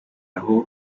aho